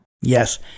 Yes